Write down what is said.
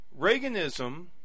Reaganism